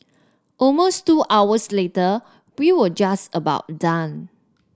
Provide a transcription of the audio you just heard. almost two hours later we were just about done